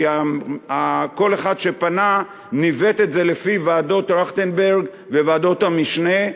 כי כל אחד שפנה ניווט את זה לפי ועדת-טרכטנברג או ועדות המשנה,